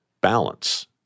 balance